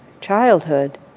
childhood